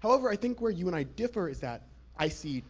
however, i think where you and i differ is that i see